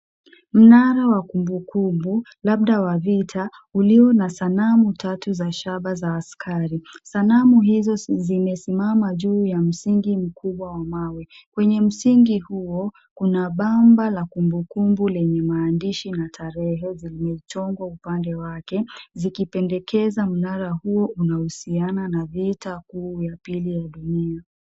Mnara wa kumbukumbu, labda wa vita ulio na sanamu tatu za shaba za askari. Sanamu hizo zimesimama juu ya msingi mkubwa wa mawe. Kwenye msingi huo, kuna bamba la kumbukumbu lenye maaandishi na tarehe zimechongwa upande wake, zikipendekeza mnara huo unahusiana na vita kuu ya pili ya dunia.